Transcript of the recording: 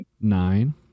nine